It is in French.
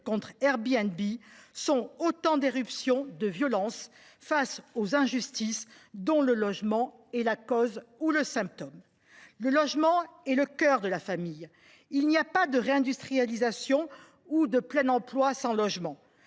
contre Airbnb sont autant d’éruptions de violence face aux injustices dont le logement est la cause ou le symptôme. Le logement est le cœur de la famille. Il n’y a pas de réindustrialisation ou de plein emploi sans logement.